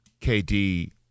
KD